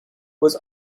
was